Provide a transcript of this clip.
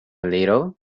little